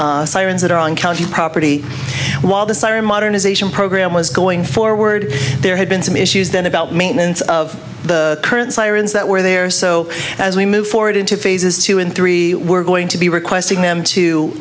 sirens that are on county property while the siren modernization program was going forward there had been some issues then about maintenance of the current sirens that were there so as we move forward into phases two and three we're going to be requesting them to